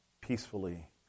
Peacefully